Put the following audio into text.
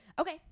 Okay